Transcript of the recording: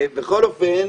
בכל אופן,